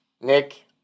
Nick